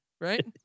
right